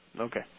Okay